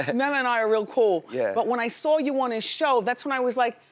and them and i are real cool. yeah but when i saw you on a show, that's when i was like,